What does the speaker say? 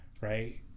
right